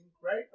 right